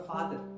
Father